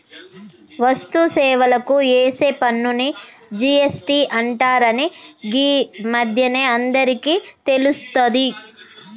వస్తు సేవలకు ఏసే పన్నుని జి.ఎస్.టి అంటరని గీ మధ్యనే అందరికీ తెలుస్తాంది